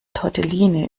tortellini